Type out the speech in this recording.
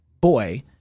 boy